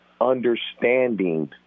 understanding